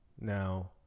Now